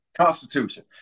Constitution